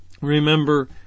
remember